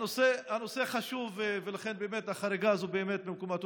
הנושא חשוב, ולכן החריגה הזו באמת במקומה.